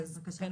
בבקשה.